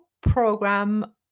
program